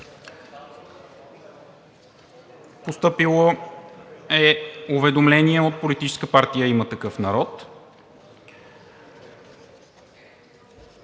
Постъпило е уведомление от Политическа партия „Има такъв народ“,